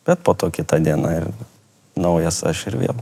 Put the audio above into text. bet po to kita diena ir naujas aš ir vėl